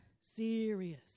serious